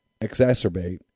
exacerbate